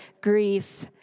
grief